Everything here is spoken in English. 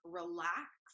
relax